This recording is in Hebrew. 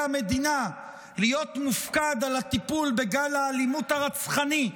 המדינה להיות מופקד על הטיפול בגל האלימות הרצחני,